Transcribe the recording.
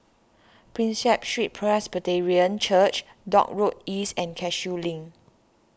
Prinsep Street Presbyterian Church Dock Road East and Cashew Link